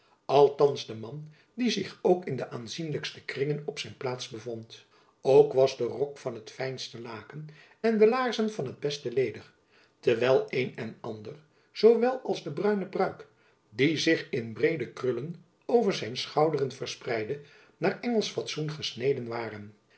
althands den man die zich ook in de aanzienlijkste kringen op zijn plaats bevond ook was de rok van het fijnste laken en de laarzen van het beste leder terwijl een en ander zoowel als de bruine pruik die zich in breede krullen over zijn schouderen verspreidde naar engelsch fatsoen gesneden waren